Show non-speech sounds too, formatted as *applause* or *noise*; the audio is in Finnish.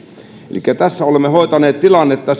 elikkä tässä hoidimme tilannetta *unintelligible*